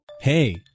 Hey